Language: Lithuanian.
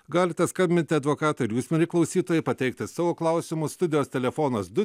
galite skambinti advokatui ir jūs mieli klausytojai pateikti savo klausimus studijos telefonas du